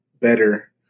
better